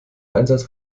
einsatz